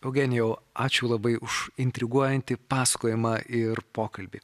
eugenijau ačiū labai už intriguojantį pasakojimą ir pokalbį